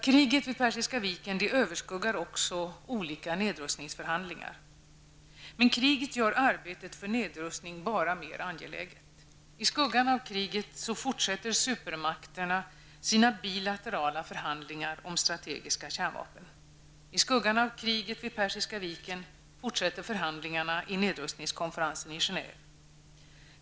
Kriget vid Persiska viken överskuggar också olika nedrustningsförhandlingar, men det gör arbetet för nedrustning bara mer angeläget. I skuggan av kriget fortsätter supermakterna sina bilaterala förhandlingar om strategiska kärnvapen. I skuggan av kriget vid Persiska viken fortsätter förhandlingarna vid nedrustningskonferensen i Genève.